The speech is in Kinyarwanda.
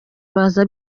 baza